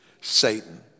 Satan